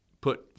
put